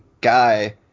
guy